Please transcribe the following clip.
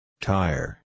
Tire